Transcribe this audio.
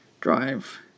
drive